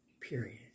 period